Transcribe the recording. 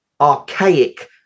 archaic